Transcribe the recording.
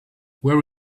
where